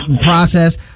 process